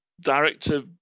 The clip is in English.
director